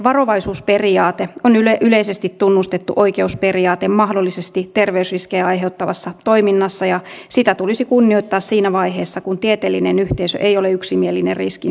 varovaisuusperiaate on yleisesti tunnustettu oikeusperiaate mahdollisesti terveysriskejä aiheuttavassa toiminnassa ja sitä tulisi kunnioittaa siinä vaiheessa kun tieteellinen yhteisö ei ole yksimielinen riskin suuruudesta